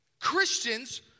Christians